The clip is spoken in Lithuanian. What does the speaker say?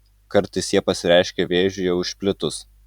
kartais jie pasireiškia vėžiui jau išplitus